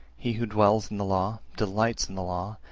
he who dwells in the law, delights in the law,